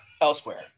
elsewhere